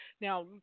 Now